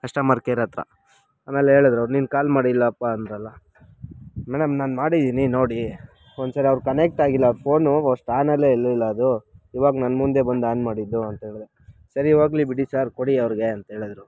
customer care ಹತ್ರ ಆಮೇಲೆ ಹೇಳದ್ರು ನೀನು ಕಾಲ್ ಮಾಡಿಲ್ಲಪ್ಪ ಅಂದರಲ್ಲ ಮೇಡಮ್ ನಾನು ಮಾಡಿದ್ದೀನಿ ನೋಡಿ ಒನ್ ಸಲ ಅವ್ರು ಕನೆಕ್ಟ್ ಆಗಿಲ್ಲ ಅವ್ರ ಫೋನು ಫಸ್ಟ್ ಆನಲ್ಲೇ ಇರಲಿಲ್ಲ ಅದು ಇವಾಗ ನನ್ನ ಮುಂದೆ ಬಂದು ಆನ್ ಮಾಡಿದ್ದು ಅಂತ ಹೇಳ್ದೆ ಸರಿ ಹೋಗ್ಲಿ ಬಿಡಿ ಸರ್ ಕೊಡಿ ಅವ್ರಿಗೆ ಅಂತ ಹೇಳದ್ರು